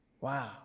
Wow